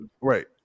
right